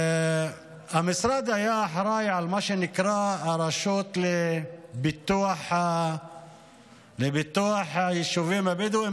המשרד היה אחראי למה שנקרא הרשות לפיתוח היישובים הבדואיים,